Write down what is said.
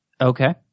Okay